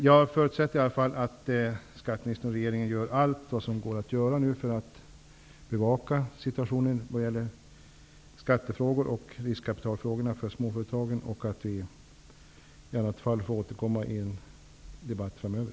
Jag förutsätter att skatteministern och regeringen gör allt vad som går att göra för att bevaka situationen vad gäller skattefrågor och riskkapital för småföretagen. I annat fall får vi återkomma i en debatt framöver.